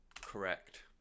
correct